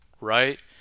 right